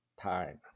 time